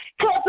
cause